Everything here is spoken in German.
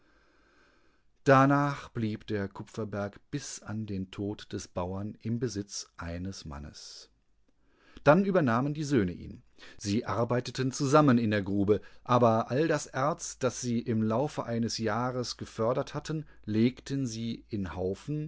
danach blieb der kupferberg bis an den tod des bauern im besitz eines mannes dann übernahmen die söhne ihn sie arbeiteten zusammen in der grube aberalldaserz dassieimlaufeeinesjahresgeförderthatten legten sieinhaufen